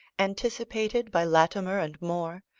anticipated by latimer and more,